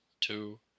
two